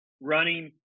Running